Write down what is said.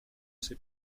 sais